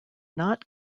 not